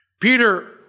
Peter